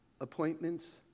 appointments